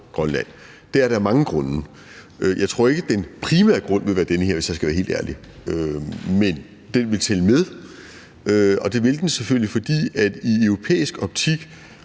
Grønland. Det er det af mange grunde. Jeg tror ikke, at den primære grund vil være den her, hvis jeg skal være helt ærlig, men den vil tælle med, og det vil den selvfølgelig, for i europæisk optik